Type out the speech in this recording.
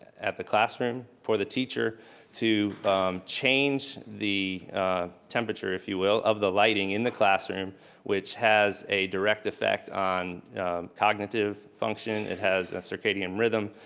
at the classroom, for the teacher to change the temperature, if you will, of the lighting of the classroom which has a direct effect on cognitive function. it has a syrcadian rhythm,